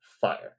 fire